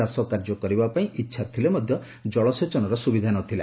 ଚାଷକାର୍ଯ୍ୟ କରିବା ପାଇଁ ଇଛା ଥିଲେ ମଧ୍ଧ ଜଳସେଚନର ସୁବିଧା ନଥିଲା